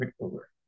over